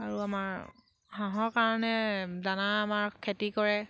আৰু আমাৰ হাঁহৰ কাৰণে দানা আমাৰ খেতি কৰে